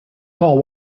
call